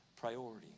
priority